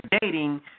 dating